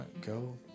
go